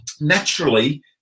naturally